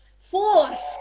force